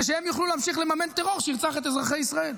שהם יוכלו להמשיך לממן טרור שירצח את אזרחי ישראל.